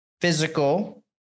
physical